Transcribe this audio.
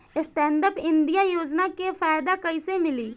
Stand up India योजना के फायदा कैसे मिली?